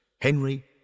Henry